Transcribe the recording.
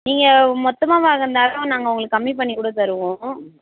நீங்கள் மொத்தமாக வாங்குகிறதால நாங்கள் உங்களுக்கு கம்மிப் பண்ணிகூடத் தருவோம்